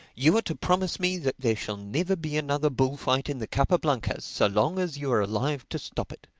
you are to promise me that there shall never be another bullfight in the capa blancas so long as you are alive to stop it.